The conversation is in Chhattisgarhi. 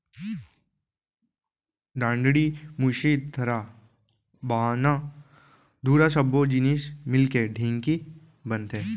डांड़ी, मुसरी, थरा, बाहना, धुरा सब्बो जिनिस मिलके ढेंकी बनथे